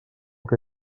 que